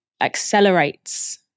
accelerates